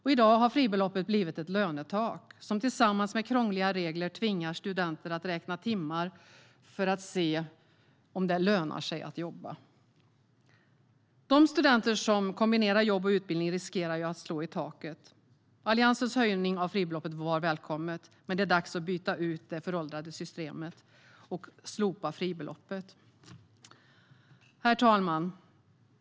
I dag har fribeloppet blivit ett lönetak, som tillsammans med krångliga regler tvingar studenter att räkna timmar för att se om det lönar sig att jobba. De studenter som kombinerar jobb och utbildning riskerar att slå i taket. Alliansens höjning av fribeloppet var välkommen, men det är dags att byta ut det föråldrade systemet och slopa fribeloppet. Herr talman!